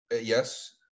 yes